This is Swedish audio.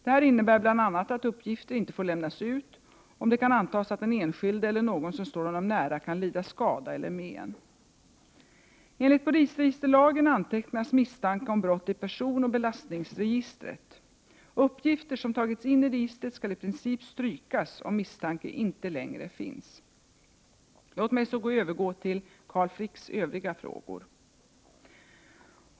Detta innebär bl.a. att uppgifter inte får lämnas ut, om det kan antas att den enskilde eller någon som står honom nära kan lida skada eller men. Enligt polisregisterlagen antecknas misstanke om brott i personoch belastningsregistret. Uppgifter som tagits in i registret skall i princip strykas om misstanke inte längre finns. Låt mig så övergå till Carl Fricks övriga frågor.